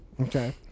Okay